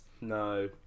No